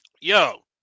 Yo